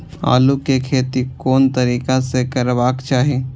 आलु के खेती कोन तरीका से करबाक चाही?